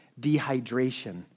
dehydration